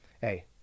hey